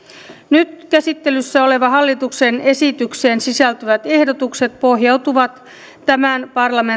nyt käsittelyssä olevaan hallituksen esitykseen sisältyvät ehdotukset pohjautuvat tämän